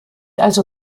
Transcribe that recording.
also